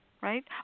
right